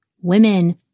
women